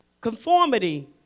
conformity